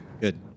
Good